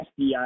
FBI